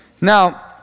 Now